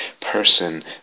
person